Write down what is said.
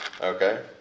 okay